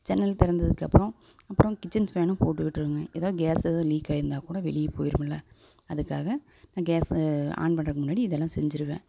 ஜன்னல் திறந்ததுக்கு அப்புறம் அப்புறம் கிட்சன் ஃபேன் போட்டு விட்டுடுவேங்க எதாவது கேஸ் எதாவது லீக் ஆகிருந்தா கூட வெளியே போயிருமில அதுக்காக நான் கேஸ்ஸை ஆன் பண்ணுறதுக்கு முன்னாடி இதெல்லாம் செஞ்சிடுவேன்